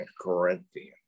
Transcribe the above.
Corinthians